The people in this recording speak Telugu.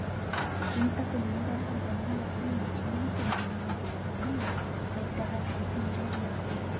ఇంతకు ముందల జనాలకి జీవిత బీమా గూర్చి పెద్దగా తెల్సిందేలే